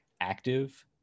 active